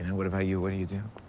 and what about you? what do you do?